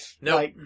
No